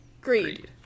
Greed